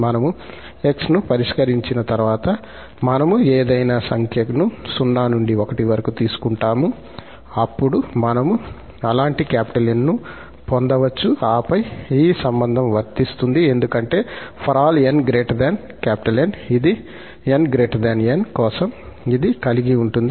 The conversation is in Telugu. మనము 𝑥 ను పరిష్కరించిన తర్వాత మనము ఏదైనా సంఖ్యను 0 నుండి 1 వరకు తీసుకుంటాము అప్పుడు మనము అలాంటి 𝑁 ను పొందవచ్చు ఆపై ఈ సంబంధం వర్తిస్తుంది ఎందుకంటే ∀ 𝑛 𝑁 ఇది 𝑛 𝑁 కోసం ఇది కలిగి ఉంటుంది